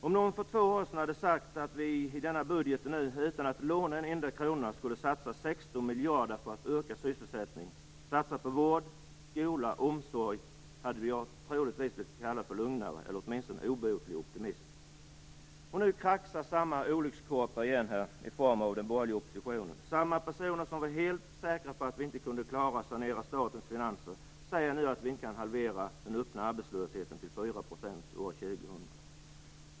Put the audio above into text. Om någon för två år sedan hade sagt att vi i denna budget utan att låna en enda krona skulle satsa 16 miljarder för att öka sysselsättningen och satsa på vård, skola och omsorg, hade den personen troligtvis blivit kallad för lögnare, eller åtminstone obotlig optimist. Nu kraxar samma olyckskorpar igen, i form av den borgerliga oppositionen. Samma personer som var helt säkra på att vi inte kunde klara att sanera statens finanser säger nu att inte kan halvera den öppna arbetslösheten till 4 % år 2000.